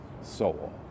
soul